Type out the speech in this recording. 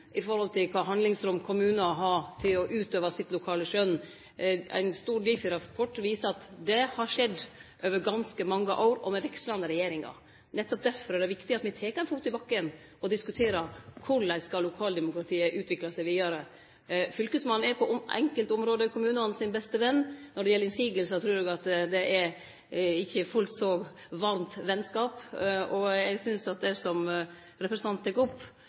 kva handlingsrom kommunar har til å utøve det lokale skjønnet. Ein stor Difi-rapport viser at det har skjedd over ganske mange år og med vekslande regjeringar. Nettopp derfor er det viktig at me tek ein fot i bakken og diskuterer korleis lokaldemokratiet skal utvikle seg vidare. Fylkesmannen er på enkelte område kommunane sin beste ven. Når det gjeld innvendingar, trur eg at det ikkje er fullt så varmt venskap. Eg synest at det som representanten Kambe tek opp,